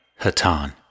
Hatan